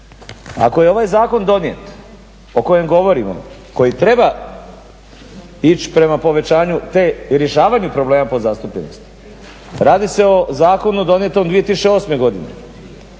Ako je ovaj zakon donijet o kojem govorimo, koji treba ići prema povećanju i rješavanju problema podzastupljenosti, radi se o zakonu donijetom 2008. godine,